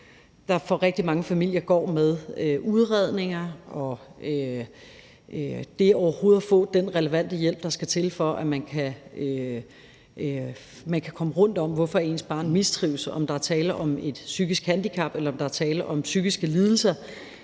der for rigtig mange familier går med udredninger og det overhovedet at få den relevante hjælp, der skal til, for at man kan komme rundt om, hvorfor ens barn mistrives, og om der er tale om et psykisk handicap, eller om der er tale om psykiske lidelser.